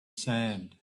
sand